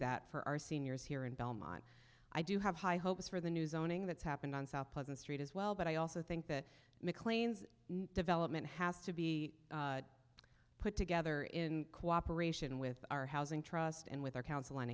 that for our seniors here in belmont i do have high hopes for the new zoning that's happened on south pleasant street as well but i also think that mclean's development has to be put together in cooperation with our housing trust and with our coun